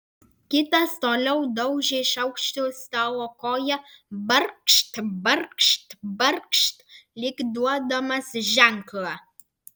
kitas toliau daužė šaukštu stalo koją barkšt barkšt barkšt lyg duodamas ženklą